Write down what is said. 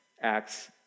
Acts